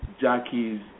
Jackie's